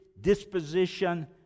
disposition